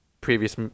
previous